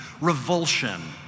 revulsion